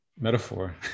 metaphor